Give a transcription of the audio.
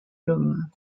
l’homme